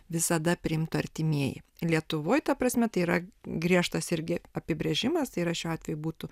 visada priimtų artimieji lietuvoj ta prasme tai yra griežtas irgi apibrėžimas tai yra šiuo atveju būtų